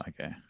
okay